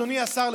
אדוני השר,